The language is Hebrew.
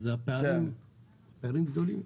אז הפערים גדלים.